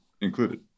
included